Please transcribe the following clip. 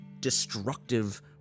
destructive